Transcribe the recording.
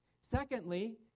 Secondly